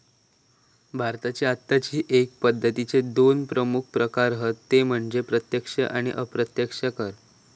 भारताची आत्ताची कर पद्दतीचे दोन प्रमुख प्रकार हत ते म्हणजे प्रत्यक्ष कर आणि अप्रत्यक्ष कर